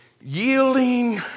yielding